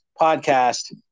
podcast